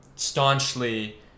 staunchly